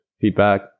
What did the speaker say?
feedback